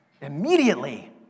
Immediately